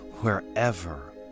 wherever